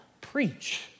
preach